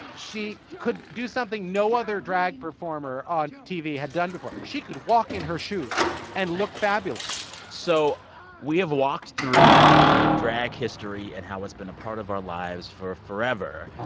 she could do something no other drag performer on tv had done before she could walk in her shoes and look fabulous so we have walked through drag history and how it's been a part of our lives for forever.